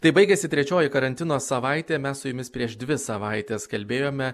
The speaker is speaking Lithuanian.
taip baigėsi trečioji karantino savaitė mes su jumis prieš dvi savaites kalbėjome